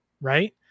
right